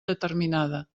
determinada